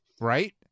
right